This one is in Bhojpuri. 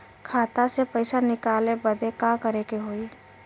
खाता से पैसा निकाले बदे का करे के होई?